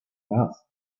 mouth